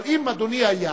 אבל אם אדוני היה,